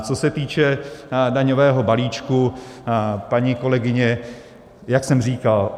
Co se týče daňového balíčku, paní kolegyně, jak jsem říkal.